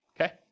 okay